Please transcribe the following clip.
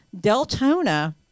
Deltona